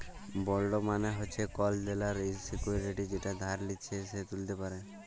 bond মালে হচ্যে call দেলার সিকুইরিটি যেটা যে ধার লিচ্ছে সে ত্যুলতে পারে